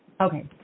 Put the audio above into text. Okay